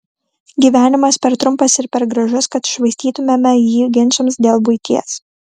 gyvenimas per trumpas ir per gražus kad švaistytumėme jį ginčams dėl buities